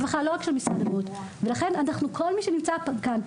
כל מי שנמצא כאן,